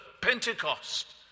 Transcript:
Pentecost